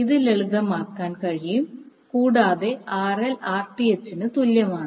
ഇത് ലളിതമാക്കാൻ കഴിയും കൂടാതെ RL Rth ന് തുല്യമാണ്